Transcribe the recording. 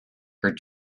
her